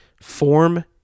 form